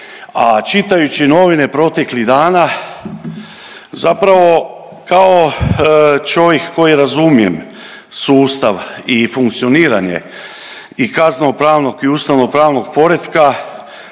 čitajući novine proteklih dana zapravo kao čovjek koji razumijem sustav i funkcioniranje i kaznenopravnog i ustavnopravnog poretka